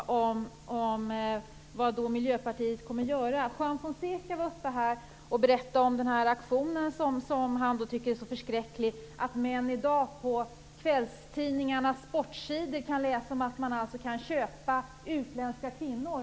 Fru talman! Jag har en fråga till Birger Schlaug om vad Miljöpartiet kommer att göra. Juan Fonseca berättade här om att han tycker att det är så förskräckligt att män i dag på kvällstidningarnas sportsidor kan läsa att man kan köpa utländska kvinnor.